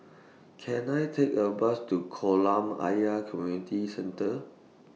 Can I Take A Bus to Kolam Ayer Community Centre